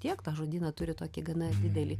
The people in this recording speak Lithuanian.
tiek tą žodyną turi tokį gana didelį